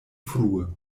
frue